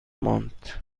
ماند